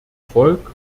volk